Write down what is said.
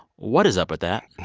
what is up with that.